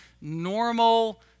normal